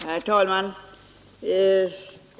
Herr talman!